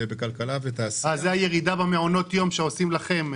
ובכלכלה ותעשייה -- זו הירידה במעונות היום שעושים לכם,